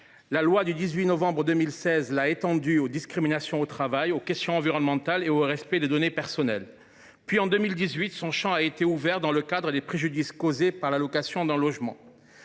la loi du 18 novembre 2016 l’a étendu aux discriminations au travail, aux questions environnementales et au respect des données personnelles. Puis, en 2018, son champ a été ouvert aux préjudices causés par la location d’un logement.